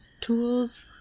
tools